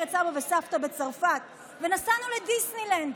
את סבא וסבתא בצרפת ונסענו לדיסנילנד,